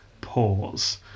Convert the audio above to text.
pause